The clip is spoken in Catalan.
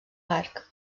arc